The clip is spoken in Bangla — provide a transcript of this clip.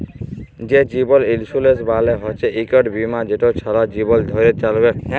যে জীবল ইলসুরেলস মালে হচ্যে ইকট বিমা যেট ছারা জীবল ধ্যরে চ্যলবেক